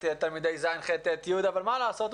תלמידי ז',ח',ט',י' אבל מה לעשות,